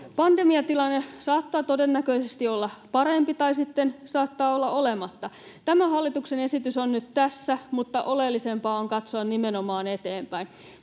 Pandemiatilanne saattaa todennäköisesti olla parempi tai sitten se saattaa olla olematta. Tämä hallituksen esitys on nyt tässä, mutta oleellisempaa on katsoa nimenomaan eteenpäin.